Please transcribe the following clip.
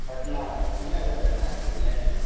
पटना चिड़ियाघर जाना है घूमने